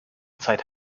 zeit